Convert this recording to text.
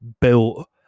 built